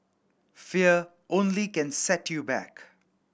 fear only can set you back